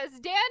dan